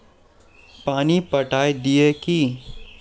पानी पटाय दिये की?